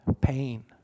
pain